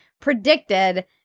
predicted